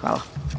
Hvala.